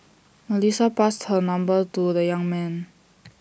Melissa passed her number to the young man